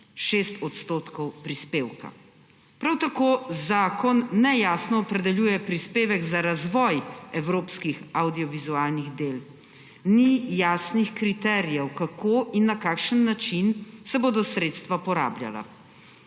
v obliki 6 % prispevka. Prav tako zakon nejasno opredeljuje prispevek za razvoj evropskih avdiovizualnih del. Ni jasnih kriterijev, kako in na kakšen način se bodo sredstva porabljala.